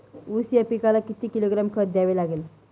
ऊस या पिकाला किती किलोग्रॅम खत द्यावे लागेल?